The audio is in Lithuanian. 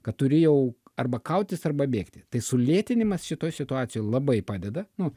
kad turi jau arba kautis arba bėgti tai sulėtinimas šitoj situacijoj labai padeda nu